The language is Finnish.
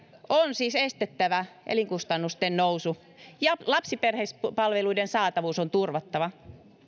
on siis estettävä elinkustannusten nousu ja lapsiperhepalveluiden saatavuus on turvattava